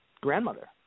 grandmother